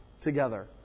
together